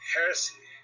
Heresy